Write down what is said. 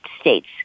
states